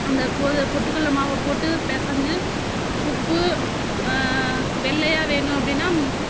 அந்த கோது பொட்டுக்கல்லை மாவை போட்டு பிசஞ்சு உப்பு வெள்ளையாக வேணும் அப்படின்னா